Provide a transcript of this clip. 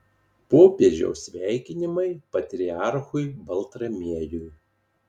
popiežiaus sveikinimai patriarchui baltramiejui